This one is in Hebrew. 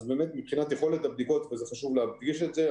אז באמת מבחינת יכולת הבדיקות וזה חשוב להדגיש את זה,